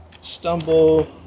stumble